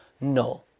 No